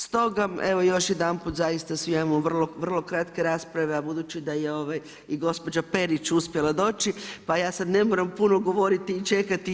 Stoga evo još jedanput zaista svi imamo vrlo kratke rasprave, a budući da je i gospođa Perić uspjela doći, pa ja sad ne moram puno govoriti i čekati nju.